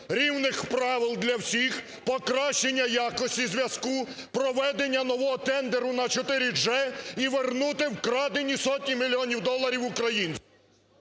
рівних правил для всіх, покращення якості зв'язку, проведення нового тендеру на 4G і вернути вкрадені сотні мільйонів доларів українців.